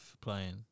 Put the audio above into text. playing